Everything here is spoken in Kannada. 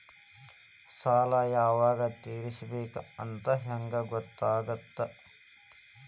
ಸಾಲ ಯಾವಾಗ ತೇರಿಸಬೇಕು ಅಂತ ಹೆಂಗ್ ಗೊತ್ತಾಗುತ್ತಾ?